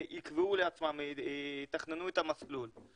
הם יקבעו לעצמם ויתכננו את המסלול.